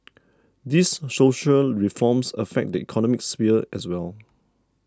these social reforms affect the economic sphere as well